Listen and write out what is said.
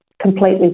completely